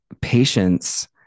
patience